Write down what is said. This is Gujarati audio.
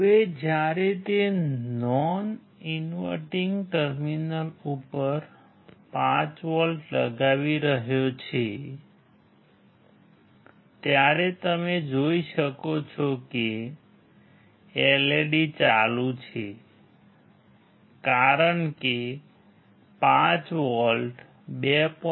હવે જ્યારે તે નોન ઇન્વર્ટીંગ ટર્મિનલ ઉપર 5 વોલ્ટ લગાવી રહ્યો છે ત્યારે તમે જોઈ શકો છો કે LED ચાલુ છે કારણ કે 5 વોલ્ટ 2